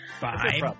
Bye